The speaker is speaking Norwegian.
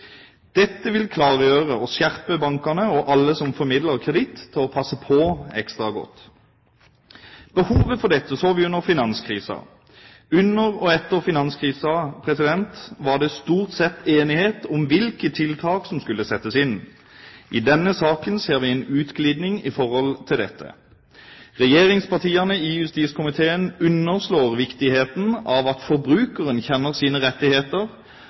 Dette vil klargjøre, og skjerpe bankene og alle som formidler kreditt, til å passe på ekstra godt. Behovet for dette så vi under finanskrisen. Under og etter finanskrisen var det stort sett enighet om hvilke tiltak som skulle settes inn. I denne saken ser vi en utglidning i forhold til dette. Regjeringspartiene i justiskomiteen underslår viktigheten av at forbrukeren kjenner sine rettigheter